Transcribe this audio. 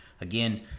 again